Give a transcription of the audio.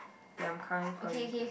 ya I'm coming for you